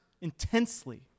intensely